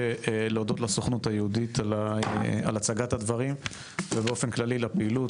להודות לסוכנות היהודית על הצגת הדברים ובאופן כללי לפעילות.